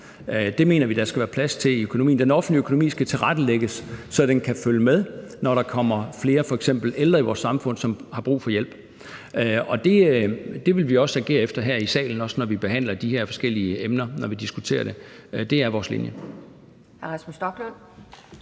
Det mener vi der skal være plads til i økonomien. Den offentlige økonomi skal tilrettelægges, så den kan følge med, når der kommer flere f.eks. ældre i vores samfund, som har brug for hjælp. Og det vil vi også agere efter her i salen, også når vi behandler de her forskellige emner og diskuterer dem. Det er vores linje.